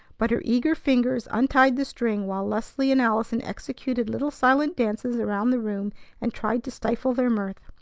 but her eager fingers untied the string, while leslie and allison executed little silent dances around the room and tried to stifle their mirth.